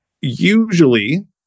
Usually